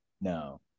No